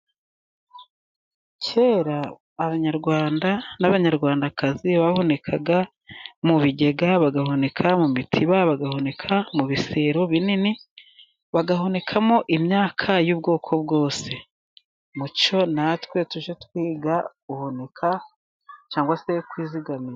Kera abanyarwanda n'abanyarwandakazi bahunikaga mu bigega, bagahunika mu mitiba, bagahunika mu bisero binini, bagahunikamo imyaka y'ubwoko bwose . Mucyo natwe tujye twiga guhunika cyangwa se kwizigamira.